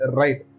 right